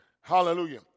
Hallelujah